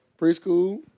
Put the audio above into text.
Preschool